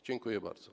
Dziękuję bardzo.